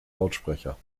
lautsprecher